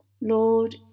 Lord